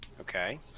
Okay